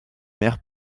mère